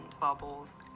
Bubbles